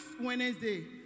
Wednesday